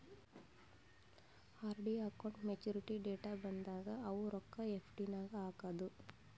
RD account maturity date ಬಂದಾಗ ಅವು ರೊಕ್ಕಾ ಎಫ್.ಡಿ ನಾಗ್ ಹಾಕದು